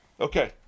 Okay